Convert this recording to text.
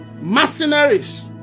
Mercenaries